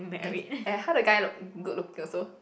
!aiya! how the guy look good looking also